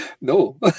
No